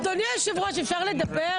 אדוני היושב-ראש, אפשר לדבר?